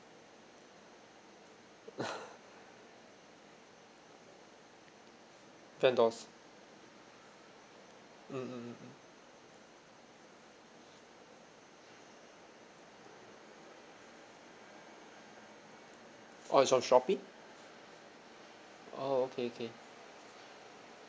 vendors mmhmm orh it's on Shopee oh okay okay